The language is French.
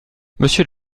monsieur